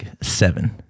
seven